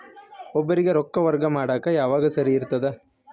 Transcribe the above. ಒಬ್ಬರಿಗ ರೊಕ್ಕ ವರ್ಗಾ ಮಾಡಾಕ್ ಯಾವಾಗ ಸರಿ ಇರ್ತದ್?